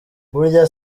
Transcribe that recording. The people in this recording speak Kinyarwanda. burya